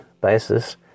basis